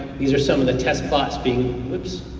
these are some of the test plots being. whoops.